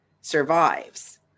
survives